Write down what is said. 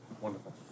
Wonderful